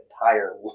entire